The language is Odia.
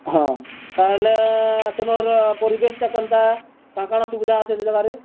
ହଁ ତା'ହେଲେ ସେନର୍ ପରିବେଶଟା କେନ୍ତା କା କାଣା ସୁବିଧା ସେ ଜାଗାରେ